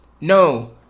No